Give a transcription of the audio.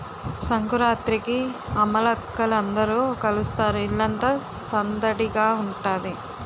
సంకురాత్రికి అమ్మలక్కల అందరూ కలుస్తారు ఇల్లంతా సందడిగుంతాది